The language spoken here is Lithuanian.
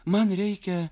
man reikia